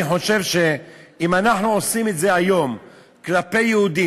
אני חושב שאם אנחנו עושים את זה היום כלפי יהודים,